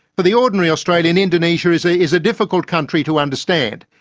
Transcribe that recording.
for the ordinary australian indonesia is a is a difficult country to understand.